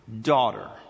daughter